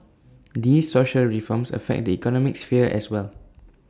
these social reforms affect the economic sphere as well